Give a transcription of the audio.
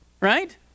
Right